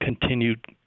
continued